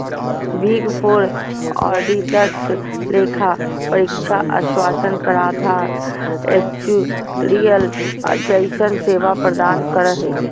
big four auditors लेखा परीक्षा आश्वाशन कराधान एक्चुरिअल जइसन सेवा प्रदान करो हय